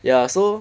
ya so